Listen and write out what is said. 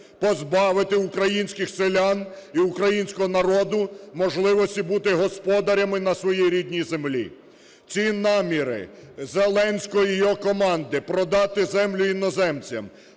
позбавити українських селян і українського народу можливості бути господарями на своїй рідній землі. Ці наміри Зеленського і його команди - продати землю іноземцям,